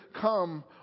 come